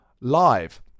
live